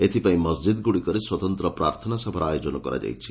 ଏଥିପାଇଁ ମସ୍ଜିଦ୍ଗୁଡ଼ିକରେ ସ୍ୱତନ୍ତ ପ୍ରାର୍ଥନା ସଭାର ଆୟୋଜ୍ ନ କରାଯାଇଛି